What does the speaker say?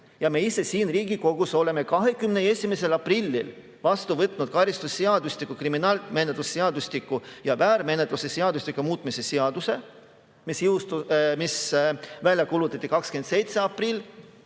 ja me ise siin Riigikogus oleme 21. aprillil vastu võtnud karistusseadustiku, kriminaalmenetluse seadustiku ja väärteomenetluse seadustiku muutmise seaduse – see kuulutati välja 27.